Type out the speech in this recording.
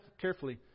carefully